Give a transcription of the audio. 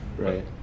right